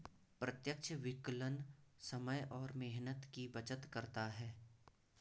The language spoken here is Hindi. प्रत्यक्ष विकलन समय और मेहनत की बचत करता है